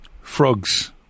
Frogs